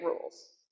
rules